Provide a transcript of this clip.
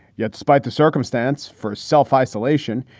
yet, despite the circumstance for self isolation,